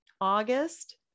August